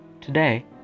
Today